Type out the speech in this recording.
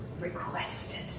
requested